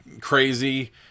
crazy